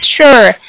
sure